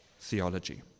theology